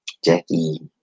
Jackie